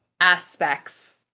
aspects